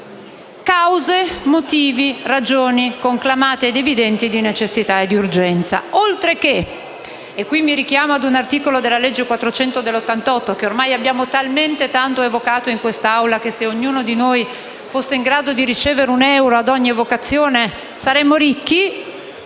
primaria) cause, motivi, ragioni conclamate ed evidenti di necessità e urgenza. Richiamo inoltre un articolo della legge n. 400 del 1988, che ormai abbiamo talmente tanto evocato in quest'Aula che, se ognuno di noi fosse in grado di ricevere un euro per ogni evocazione, sarebbe ricco.